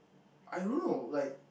I don't know like